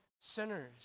sinners